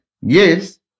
Yes